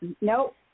Nope